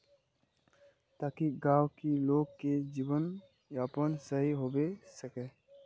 ताकि गाँव की लोग के जीवन यापन सही होबे सके?